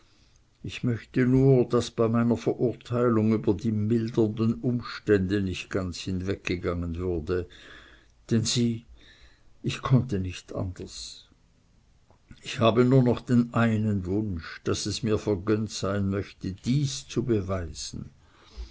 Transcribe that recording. ich möchte nur daß bei meiner verurteilung über die mildernden umstände nicht ganz hinweggegangen würde denn sieh ich konnte nicht anders und ich habe nur noch den einen wunsch daß es mir vergönnt sein möchte dies zu beweisen